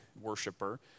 worshiper